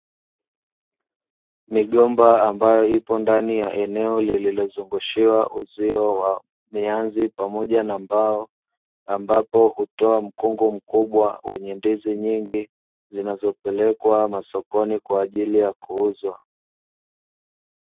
Migomba ambayo ipo ndani ya eneo lililozungushiwa uzio wa mianzi pamoja na mbao, ambapo utoa mkungu mkubwa wenye ndizi nyingi zinazopelekwa masokoni kwaajili ya kuuzwa.